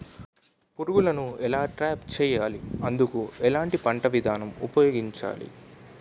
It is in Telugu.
పురుగులను ఎలా ట్రాప్ చేయాలి? అందుకు ఎలాంటి పంట విధానం ఉపయోగించాలీ?